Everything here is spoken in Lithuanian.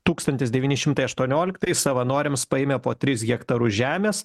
tūkstantis devyni šimtai aštuonioliktais savanoriams paėmė po tris hektarus žemės